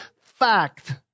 fact